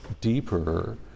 deeper